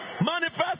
manifest